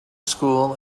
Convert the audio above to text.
school